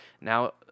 now